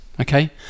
Okay